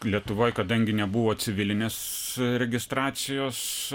lietuvoj kadangi nebuvo civilinės registracijos